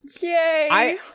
Yay